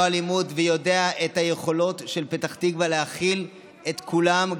אלימות ויודע את היכולות של פתח תקווה להכיל את כולם,